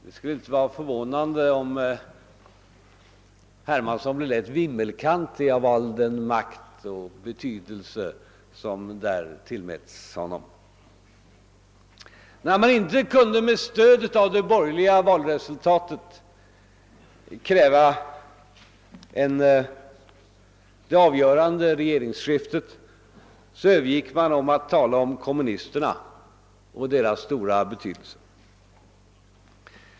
Det skulle inte vara förvånande om herr Hermansson blev lätt vimmelkantig av all den makt och betydelse som där tillmätts honom. När man inte kunde med stöd av det borgerliga valresultatet kräva det avgörande regeringsskiftet övergick man till att tala om kommunisterna och deras stora be tydelse.